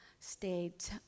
state